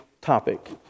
topic